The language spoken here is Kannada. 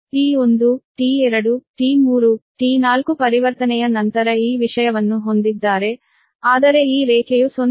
ಆದ್ದರಿಂದ T1 T2 T3 T4 ಪರಿವರ್ತನೆಯ ನಂತರ ಈ ವಿಷಯವನ್ನು ಹೊಂದಿದ್ದಾರೆ ಆದರೆ ಈ ರೇಖೆಯು 0